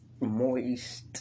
Moist